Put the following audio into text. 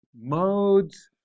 modes